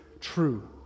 true